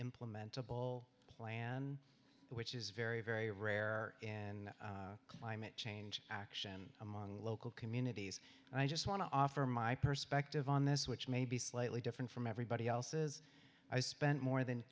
implementable plan which is very very rare in climate change action among local communities and i just want to offer my perspective on this which may be slightly different from everybody else's i spent more than